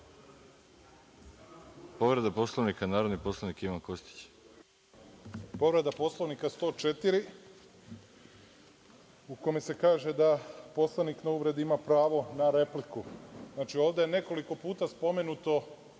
narodni poslanik Ivan Kostić. **Ivan Kostić** Povreda Poslovnika 104, u kome se kaže da poslanik na uvredu ima pravo na repliku. Znači, ovde je nekoliko puta spomenuto